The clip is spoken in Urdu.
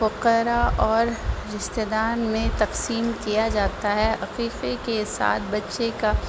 فقراء اور رشتتے دار میں تقسیم کیا جاتا ہے عقیقے کے ساتھ بچے کا